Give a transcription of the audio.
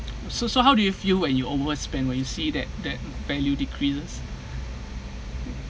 so so how do you feel when you overspend when see that that value decreases